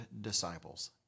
disciples